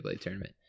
tournament